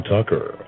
Tucker